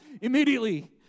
immediately